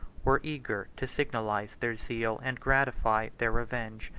were eager to signalize their zeal and gratify their revenge.